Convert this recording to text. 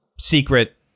secret